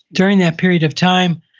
during that period of time,